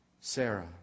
Sarah